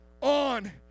on